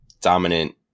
dominant